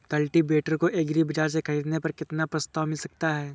Cultivator को agri बाजार से ख़रीदने पर कितना प्रस्ताव मिल सकता है?